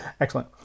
Excellent